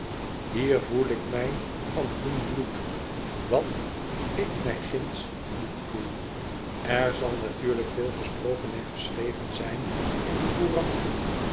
hier voel ik mij van hun bloed wat ik mij ginds niet voel er zal natuurlijk veel gesproken en geschreven zijn in de couranten